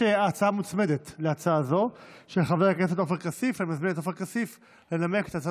מנסה לשכנע אותי ללמוד ליבה,